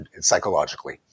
psychologically